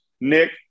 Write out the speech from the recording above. Nick